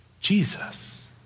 Jesus